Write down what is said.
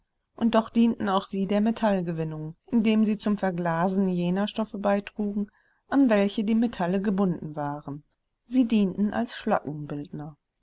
und doch dienten auch sie der metallgewinnung indem sie zum verglasen jener stoffe beitrugen an welche die metalle gebunden waren sie dienten als